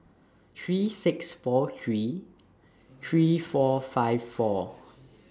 three six four three three four five four